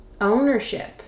ownership